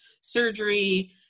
surgery